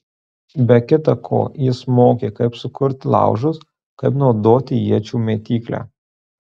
be kita ko jis mokė kaip sukurti laužus kaip naudoti iečių mėtyklę